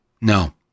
No